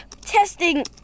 testing